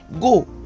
Go